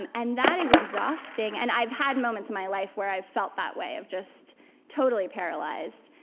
and and that is exhausting. and i've had moments in my life where i've felt that way, of just totally paralyzed,